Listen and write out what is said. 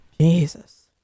Jesus